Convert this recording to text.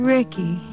Ricky